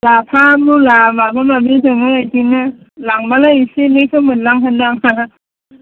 लाफा मुला माबा माबि दङ बेदिनो लांब्लालाय एसे एनैखौ मोनलांगोन्दां